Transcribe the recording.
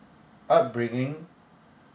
upbringing